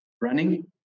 running